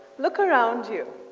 look around you.